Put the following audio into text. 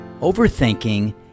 Overthinking